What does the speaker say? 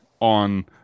on